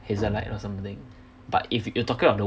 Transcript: hazard light or something but if you're talking on the